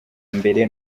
mbere